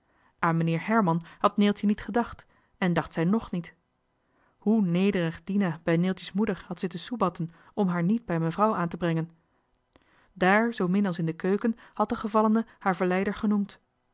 aan meneer herman had neeltje niet gedacht en dacht zij nog niet hoe nederig dina bij neeltje's moeder had zitten soebatten om haar niet bij mevrouw aan te brengen daar zoo min als in de keuken had de gevallene haar verleider genoemd